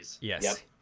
yes